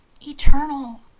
Eternal